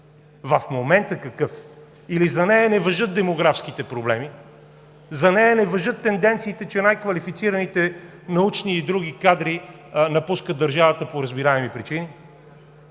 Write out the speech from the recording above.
В момента какъв е? Или за нея не важат демографските проблеми, за нея не важат тенденциите, че най-квалифицираните научни и други кадри напускат държавата по разбираеми причини?!